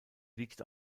liegt